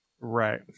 Right